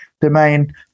domain